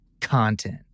Content